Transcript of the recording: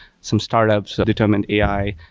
some startups, determined ai.